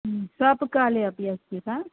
स्वापकाले अपि अस्ति वा